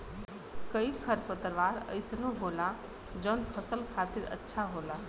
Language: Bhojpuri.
कई खरपतवार अइसनो होला जौन फसल खातिर अच्छा होला